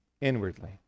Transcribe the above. inwardly